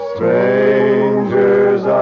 Strangers